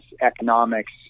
economics